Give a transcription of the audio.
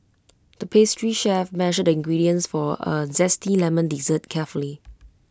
the pastry chef measured the ingredients for A Zesty Lemon Dessert carefully